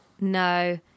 No